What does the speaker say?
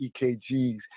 EKGs